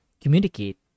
communicate